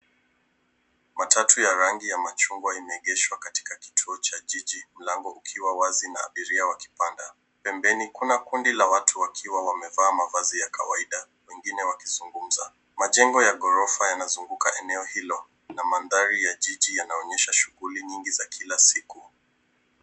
Matatu ya rangi ya machungwa imeegeshwa katika kituo cha jiji mlango ukiwa wazi na abiria wakipanda, pembeni kuna kundi la watu wakiwa wamevaa mavazi ya kawaida wengine wakizungumza. Majengo ya ghorofa yanazunguka eneo hilo na manhdari ya jiji yanaonyesha shuguli nyingi za kila siku.